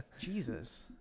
Jesus